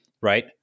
right